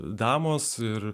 damos ir